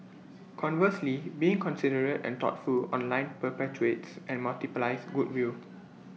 conversely being considerate and thoughtful online perpetuates and multiplies goodwill